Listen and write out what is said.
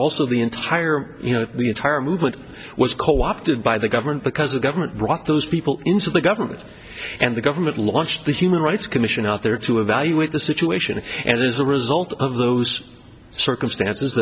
also the entire you know the entire movement was co opted by the government because the government brought those people into the government and the government launched the human rights commission out there to evaluate the situation and as a result of those circumstances